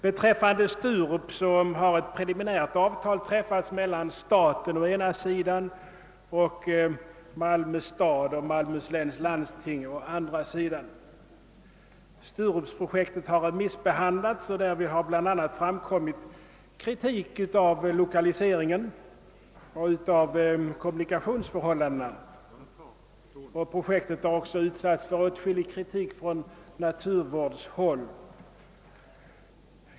Beträffande Sturup har ett preliminärt avtal träffats mellan å ena sidan staten och å andra sidan Malmö stad och Malmöhus läns landsting. Sturupprojektet har remissbehandlats och därvid har bl.a. kritik riktats mot lokaliseringen och kommunikationsförhållandena. Projektet har också utsatts för åtskillig kritik från = naturvårdshåll.